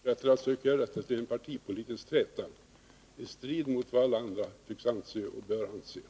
Herr talman! Herr Cars fortsätter med att göra detta till en partipolitisk träta, i strid mot vad alla andra tycks och bör anse.